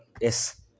yes